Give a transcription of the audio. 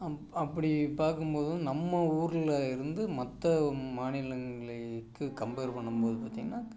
அப் அப்படி பார்க்கும் போது நம்ம ஊர்ல இருந்து மற்ற மாநிலங்களிலுக்கு கம்பேர் பண்ணும் போது பார்த்திங்கன்னா